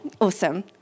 awesome